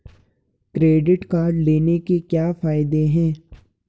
Credit card लेने के क्या फायदे हैं?